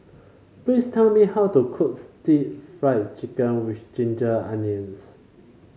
please tell me how to cook stir Fry Chicken with Ginger Onions